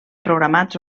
programats